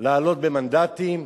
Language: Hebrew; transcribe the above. לעלות במנדטים.